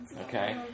okay